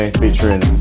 featuring